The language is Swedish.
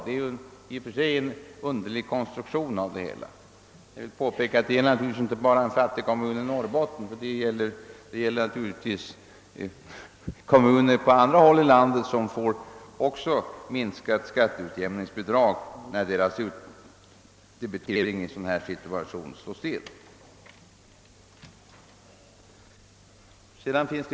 Den nuvarande konstruktionen får alltså underliga konsekvenser. : Jag påpekar att detta naturligtvis inte bara gäller en fattig kommun i Norrbotten utan även kommuner på andra håll i landet, vilkas utdebitering i en sådan situation förblir oförändrad. Herr talman! Det finns.